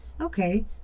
okay